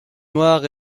noirs